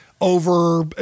over